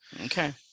Okay